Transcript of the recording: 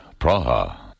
Praha